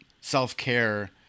self-care